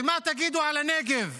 ומה תגידו על הנגב,